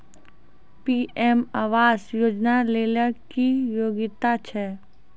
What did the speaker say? PM Awas Yojana लेली की योग्यता छै?